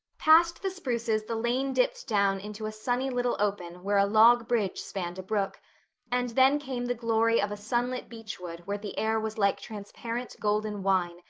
past the spruces the lane dipped down into a sunny little open where a log bridge spanned a brook and then came the glory of a sunlit beechwood where the air was like transparent golden wine,